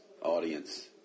audience